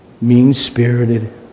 mean-spirited